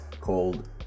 called